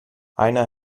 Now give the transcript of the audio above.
einer